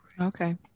Okay